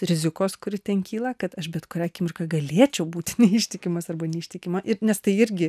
rizikos kuri ten kyla kad aš bet kurią akimirką galėčiau būti neištikimas arba neištikima ir nes tai irgi